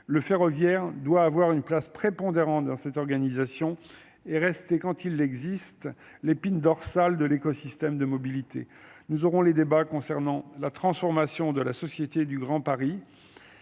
Le ferroviaire doit avoir une place prépondérante dans cette organisation et rester quand il existe l'épine dorsale de l'écosystème de mobilité. Nous aurons les débats concernant la transformation de la société du Grand Paris.